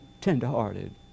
tenderhearted